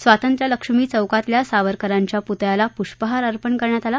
स्वातंत्र्यलक्ष्मी चौकातल्या सावरकरांच्या पुतळ्याला पुष्पहार अर्पण करण्यात आला